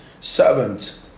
servants